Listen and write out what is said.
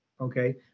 Okay